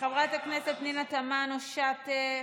חברת הכנסת פנינה תמנו שטה,